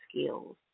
skills